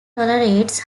tolerates